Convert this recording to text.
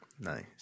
Nice